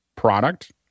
Product